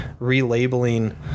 relabeling